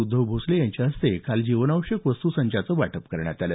उद्धव भोसले यांच्या हस्ते काल जीवनावश्यक वस्तूं संचाचं वाटप करण्यात आलं